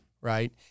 Right